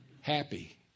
Happy